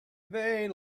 they